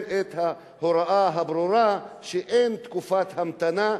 את ההוראה הברורה שאין תקופת המתנה,